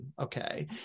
Okay